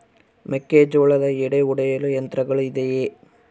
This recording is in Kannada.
ಮೆಕ್ಕೆಜೋಳದ ಎಡೆ ಒಡೆಯಲು ಯಂತ್ರಗಳು ಇದೆಯೆ?